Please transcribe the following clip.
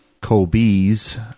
Kobe's